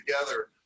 together